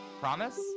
Promise